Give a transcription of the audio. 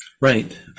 right